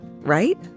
Right